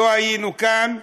לא היינו כאן,